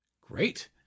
great